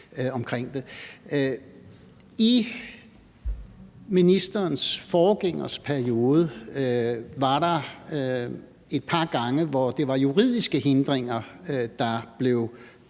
I ministerens forgængers periode var der et par gange, hvor det var juridiske hindringer, der blev